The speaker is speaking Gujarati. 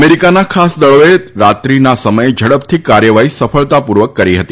અમેરિકાના ખાસ દળોએ રાત્રીના સમયે ઝડપથી કાર્યવાહી સફળતાપૂર્વક કરી હતી